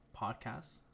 podcasts